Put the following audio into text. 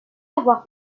avoir